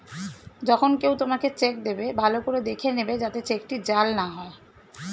যখন কেউ তোমাকে চেক দেবে, ভালো করে দেখে নেবে যাতে চেকটি জাল না হয়